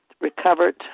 recovered